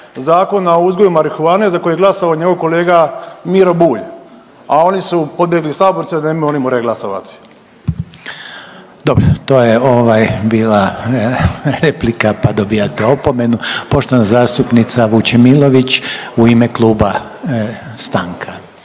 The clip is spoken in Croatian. Zakona o uzgoju marihuane za koji je glasovao njegov kolega Miro Bulj. A oni su pobjegli iz sabornice da ne bi oni morali glasovati. **Reiner, Željko (HDZ)** Dobro, to je ovaj bila replika pa dobijate opomenu. Poštovana zastupnica Vučemilović u ime kluba stanka.